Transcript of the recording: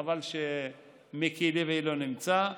וחבל שמיקי לוי לא נמצא.